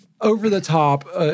over-the-top